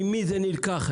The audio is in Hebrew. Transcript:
ממי זה נלקח,